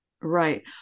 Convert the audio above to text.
Right